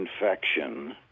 infection